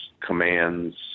commands